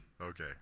Okay